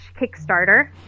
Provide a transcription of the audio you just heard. Kickstarter